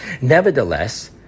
Nevertheless